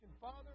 Father